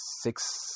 six